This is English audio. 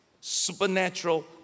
supernatural